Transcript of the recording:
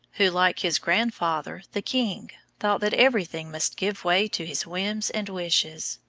who, like his grandfather the king, thought that everything must give way to his whims and wishes.